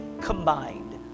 combined